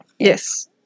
Yes